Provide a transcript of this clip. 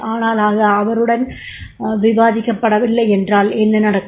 ஆனால் அது அவருடன் விவாதிக்கப்படவில்லை என்றால் என்ன நடக்கும்